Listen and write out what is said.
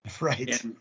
Right